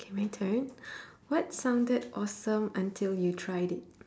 K my turn what sounded awesome until you tried it